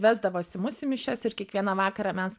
vesdavosi mus į mišias ir kiekvieną vakarą mes